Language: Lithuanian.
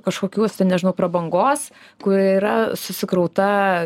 kažkokius nežinau prabangos kur yra susikrauta